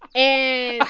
and